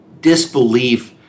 disbelief